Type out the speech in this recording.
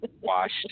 washed